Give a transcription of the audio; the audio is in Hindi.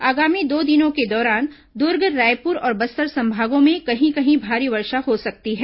आगामी दो दिनों के दौरान दुर्ग रायपुर और बस्तर संभागों में कहीं कहीं भारी वर्षा हो सकती है